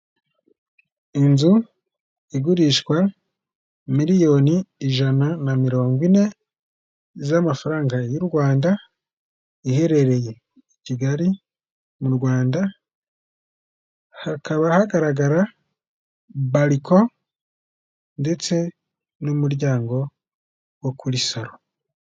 Inzu igurishwa miliyoni ijana na mirongo ine z'amafaranga y'u Rwanda, iherereye i Kigali mu Rwanda, hakaba hagaragara baliko ndetse n'umuryango wo kuri saro.